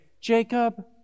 Jacob